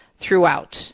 throughout